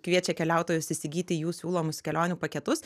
kviečia keliautojus įsigyti jų siūlomus kelionių paketus